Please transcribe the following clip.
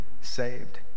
saved